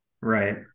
Right